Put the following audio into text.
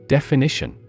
Definition